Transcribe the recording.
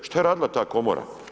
Što je radila ta Komora?